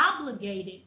obligated